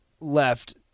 left